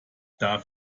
darf